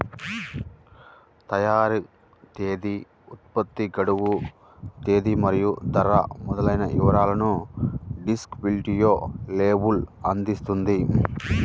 తయారీ తేదీ, ఉత్పత్తి గడువు తేదీ మరియు ధర మొదలైన వివరాలను డిస్క్రిప్టివ్ లేబుల్ అందిస్తుంది